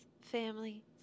family